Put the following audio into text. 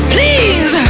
Please